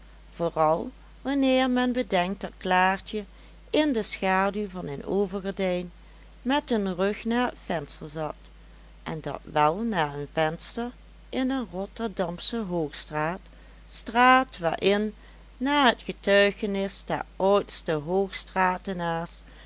vooral wanneer men bedenkt dat klaartje in de schaduw van een overgordijn met den rug naar het venster zat en dat wel naar een venster in de rotterdamsche hoogstraat straat waarin naar het getuigenis der oudste